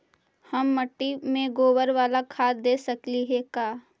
हम मिट्टी में गोबर बाला खाद दे सकली हे का?